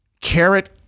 carrot